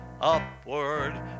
upward